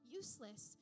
useless